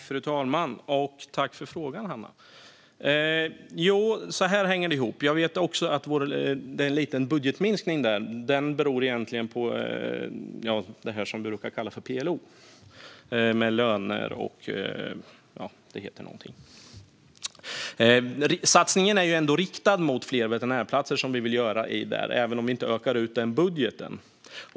Fru talman! Tack för frågan, Hanna! Jag ska förklara hur det hänger ihop. Jag vet också att det är en liten budgetminskning där. Den beror egentligen på det som brukar kallas PLO. Satsningen är ändå riktad mot fler veterinärplatser, vilket vi vill ha, även om vi inte utökar budgeten.